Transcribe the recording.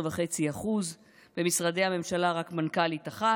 15.5%; במשרדי הממשלה רק מנכ"לית אחת,